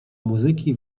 muzyki